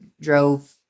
drove